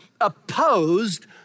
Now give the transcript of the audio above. opposed